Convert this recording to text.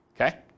Okay